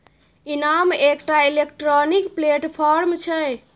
इनाम एकटा electronic platform छै